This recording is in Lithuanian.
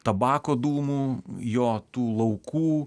tabako dūmų jo tų laukų